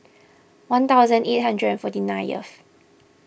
one thousand eight hundred and forty ninth